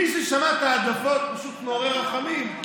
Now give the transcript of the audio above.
מי ששמע את ההדלפות, פשוט מעורר רחמים.